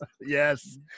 yes